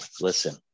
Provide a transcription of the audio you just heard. listen